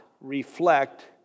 reflect